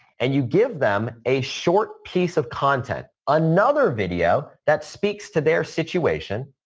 and you give them a short piece of content, another video that speaks to their situation,